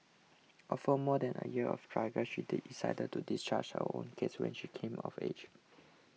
after more than a year of struggle she decided to discharge her own case when she came of age